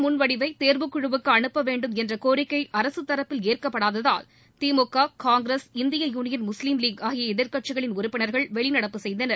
முன்வடிவை தேர்வுக்குழுவுக்கு அனுப்ப வேண்டும் என்ற கோரிக்கை அரசு தரப்பில் ஏற்கப்படாததால் திமுக காங்கிரஸ் இந்திய யூனியன் முஸ்லீம் லீக் ஆகிய எதிர்கட்சிகளின் உறுப்பினர்கள் வெளிநடப்பு செய்தனர்